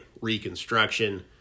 Reconstruction